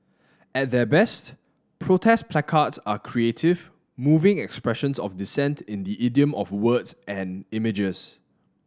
at their best protest placards are creative moving expressions of dissent in the idiom of words and images